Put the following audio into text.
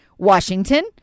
Washington